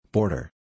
Border